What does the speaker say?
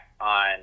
on